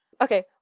Okay